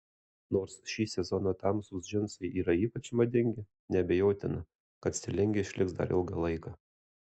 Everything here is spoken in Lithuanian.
nors šį sezoną tamsūs džinsai yra ypač madingi neabejotina kad stilingi išliks dar ilgą laiką